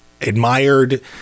admired